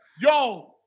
yo